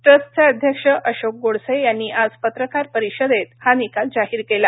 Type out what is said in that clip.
ट्रस्टचे अध्यक्ष अशोक गोडसे यांनी आज पत्रकार परिषदेत हा निकाल जाहीर केला